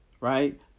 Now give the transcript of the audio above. right